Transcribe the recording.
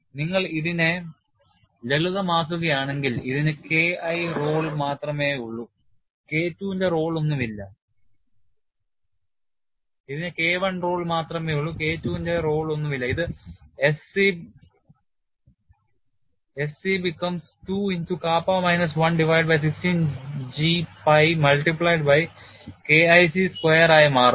നിങ്ങൾ ഇതിനെ ലളിതമാക്കുകയാണെങ്കിൽ ഇതിന് K I റോൾ മാത്രമേയുള്ളൂ K II ന്റെ റോൾ ഒന്നുമില്ല S c becomes 2 into kappa minus 1 divided by 16 G pi multiplied by K IC square ആയി മാറുന്നു